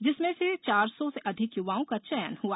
जिसमें से चार सौ से अधिक युवाओं का चयन हुआ